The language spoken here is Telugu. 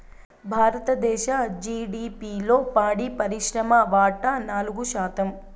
భారతదేశ జిడిపిలో పాడి పరిశ్రమ వాటా నాలుగు శాతం